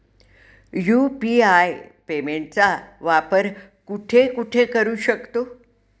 UPI पेमेंटचा वापर कुठे कुठे करू शकतो?